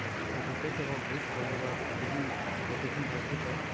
if you rotate about this so, you are giving rotation by theta.